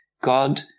God